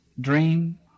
dream